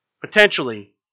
potentially